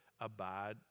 abide